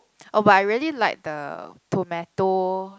oh but I really like the tomato